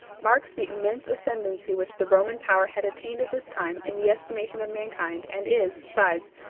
marks the immense ascendency which the roman power had attained at this time in the estimation of mankind, and is, besides,